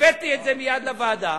הבאתי את זה מייד לוועדה,